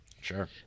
Sure